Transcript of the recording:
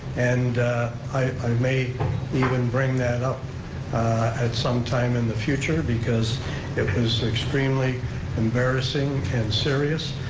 and i may even bring that up at sometime in the future because it was extremely embarrassing and serious,